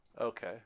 Okay